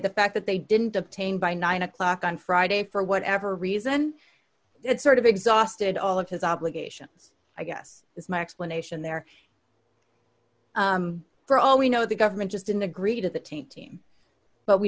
the fact that they didn't obtain by nine o'clock on friday for whatever reason it sort of exhausted all of his obligations i guess is my explanation there for all we know the government just didn't agree to the teen team but we